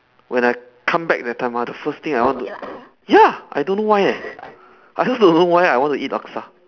when I come back that time ah the first thing I want to ya I don't know why leh I just don't know why I want to eat laksa